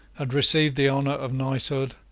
had received the honour of knighthood,